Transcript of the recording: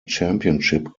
championship